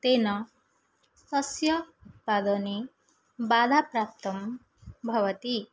तेन सस्य पालने बाधा प्राप्ता भवति